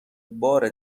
بار